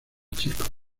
chicos